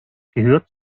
gehört